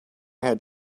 had